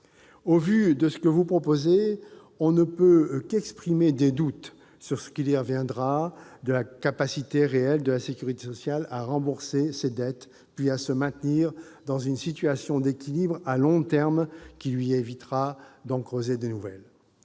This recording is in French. Au vu de ce que vous proposez, on ne peut qu'exprimer des doutes sur ce qu'il adviendra de la capacité réelle de la sécurité sociale à rembourser ses dettes, puis à se maintenir dans une situation d'équilibre à long terme qui lui évitera d'en creuser de nouvelles.